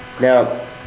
Now